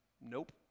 nope